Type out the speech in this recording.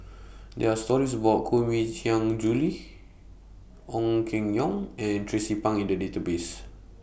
There Are stories about Koh Mui Hiang Julie Ong Keng Yong and Tracie Pang in The Database